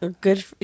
good